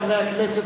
חברי הכנסת,